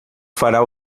fará